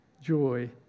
joy